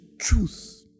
truth